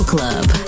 Club